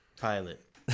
Pilot